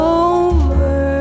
over